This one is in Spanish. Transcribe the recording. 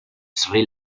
sri